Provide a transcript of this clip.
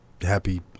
Happy